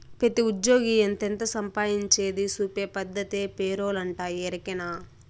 పెతీ ఉజ్జ్యోగి ఎంతెంత సంపాయించేది సూపే పద్దతే పేరోలంటే, ఎరికనా